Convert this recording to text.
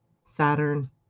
Saturn